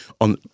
on